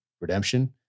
Redemption